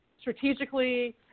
strategically